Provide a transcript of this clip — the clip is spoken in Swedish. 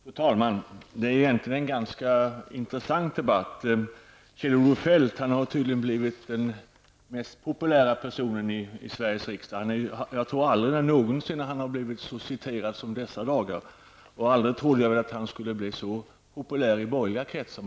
Fru talman! Det här är egentligen en ganska intressant debatt. Kjell-Olof Feldt har tydligen blivit den mest populära personen i Sveriges riksdag. Jag tror inte att han någonsin tidigare blivit så citerad som i dessa dagar. Aldrig trodde jag väl att han skulle bli så populär i borgerliga kretsar.